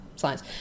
science